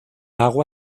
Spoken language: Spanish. agua